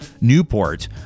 Newport